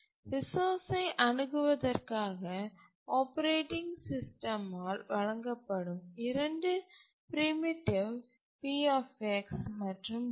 ரிசோர்ஸ்ஐ அணுகுவதற்காக operating system ஆல் வழங்கப்படும் இரண்டு பிரிமிடிவ் P மற்றும் V